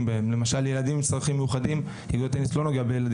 יש לנו פה 17 מרכזי טניס מקריית שמונה ועד ערד